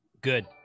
Good